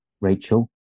Rachel